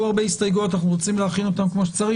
יהיו הרבה הסתייגויות ואנחנו רוצים להכין אותן כפי שצריך.